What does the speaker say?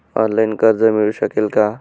Online कर्ज मिळू शकेल का?